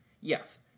yes